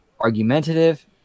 argumentative